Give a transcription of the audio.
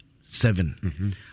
Seven